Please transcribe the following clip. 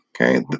okay